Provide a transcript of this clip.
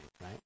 right